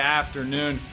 afternoon